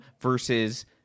versus